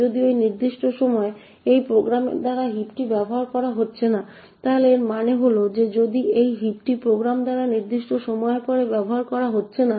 যদিও এই নির্দিষ্ট সময়ে এই প্রোগ্রামের দ্বারা হিপটি ব্যবহার করা হচ্ছে না তাহলে এর মানে হল যে যদিও এই হিপটি প্রোগ্রাম দ্বারা নির্দিষ্ট সময়ের পরে ব্যবহার করা হচ্ছে না